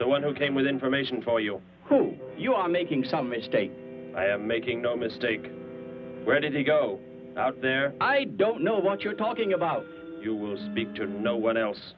the one who came with information for you who you are making some mistakes making the mistake ready to go out there i don't know what you're talking about you will speak to no one else